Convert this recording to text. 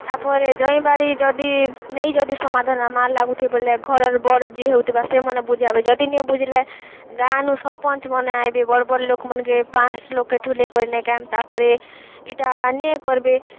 ତା'ପରେ ଜମିବାଡ଼ି ଜଦି ନେଇଁ ଯଦି ସମାଧାନ ମାର ଲାଗୁଥିବେ ବୋଲେ ଘରର ବଡ଼ ଯିଏ ହେଉଥିବା ସେମାନେ ବୁଝାବେ ଜଦି ନେଇଁ ବୁଝିଲେ ଗାଁନୁ ସରପଞ୍ଚମାନେ ଆଇବେ ବଡ଼ ବଡ଼ ଲୋକମାନକେ ପାଞ୍ଚ ଲୁକେ ଠୁଲେ କରିନେ ତା'ପରେ ଏଟା ନିଏ କରବେ